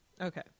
okay